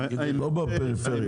לא בפריפריה.